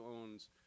owns